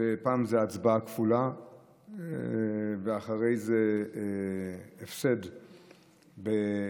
פעם הצבעה כפולה ואחרי זה הפסד בהצבעה,